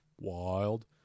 wild